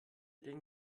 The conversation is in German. denn